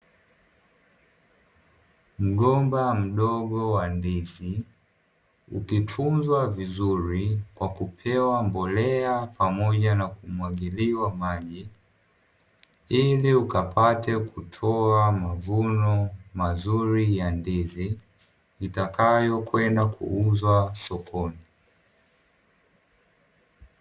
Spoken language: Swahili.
Mgomba mdogo wa ndizi ukitunzwa vizuri kwa kupewa mbolea pamoja na kumwagiliwa maji, ili ukapate kutoa mavuno mazuri ya ndizi itakayokwenda kuuzwa sokoni.